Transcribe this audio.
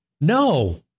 No